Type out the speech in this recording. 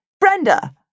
Brenda